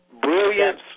brilliance